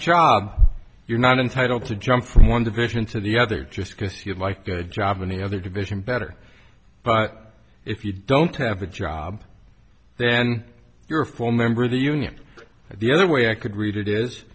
child you're not entitled to jump from one division to the other just because he had life good job in the other division better but if you don't have a job then you're a full member of the union the other way i could read it is